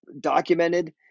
documented